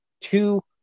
two